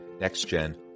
Next-Gen